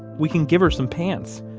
we can give her some pants.